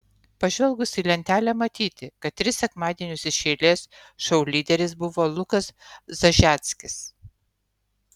pažvelgus į lentelę matyti kad tris sekmadienius iš eilės šou lyderis buvo lukas zažeckis